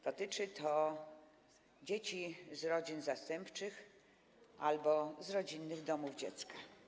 Dotyczy to dzieci z rodzin zastępczych albo rodzinnych domów dziecka.